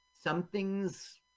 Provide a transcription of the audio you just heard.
something's